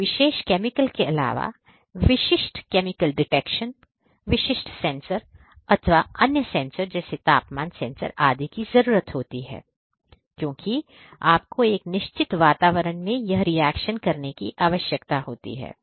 कुछ विशेष केमिकल के अलावा विशिष्ट केमिकल डिटेक्शन विशिष्ट सेंसर अथवा अन्य सेंसर जैसे तापमान सेंसर आदि की जरूरत होती है क्योंकि आपको एक निश्चित वातावरण में यह रिएक्शन करने की आवश्यकता होती है